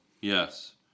Yes